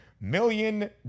million